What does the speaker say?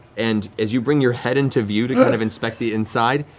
and as you bring your head into view to kind of inspect the inside,